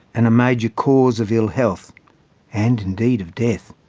and a major cause of ill health and indeed of death.